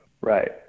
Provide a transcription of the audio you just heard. Right